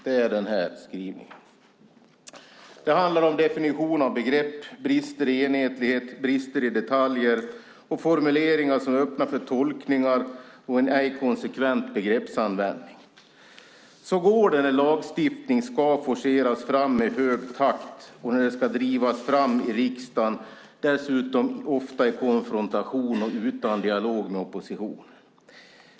Det handlar om definitioner av begrepp, brister i enhetlighet, brister i detaljer och formuleringar som öppnar för tolkningar och en ej konsekvent begreppsanvändning. Så går det när lagstiftning ska forceras fram i hög takt och när den ska drivas fram i riksdagen, ofta i konfrontation och utan dialog med oppositionen.